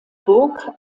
burg